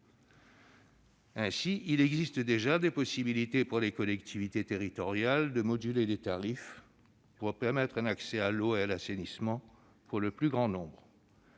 Ainsi, il existe déjà des possibilités pour les collectivités territoriales de moduler les tarifs pour permettre un accès à l'eau et à l'assainissement pour le plus grand nombre.